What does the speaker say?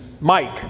Mike